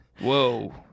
Whoa